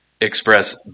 express